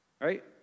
right